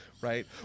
right